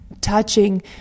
touching